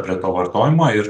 prie to vartojimo ir